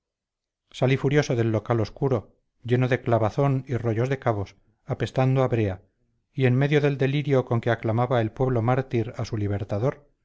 salí furioso del local obscuro lleno de clavazón y rollos de cabos apestando a brea y en medio del delirio con que aclamaba el pueblo mártir a su libertador